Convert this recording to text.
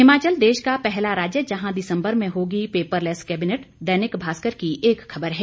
हिमाचल देश का पहला राज्य जहां दिसंबर में होगी पेपरलैस केबिनेट दैनिक भास्कर की एक खबर है